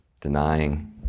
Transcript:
denying